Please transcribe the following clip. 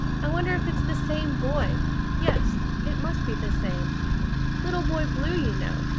i wonder if it's the same boy yes, it must be the same little boy blue, you know.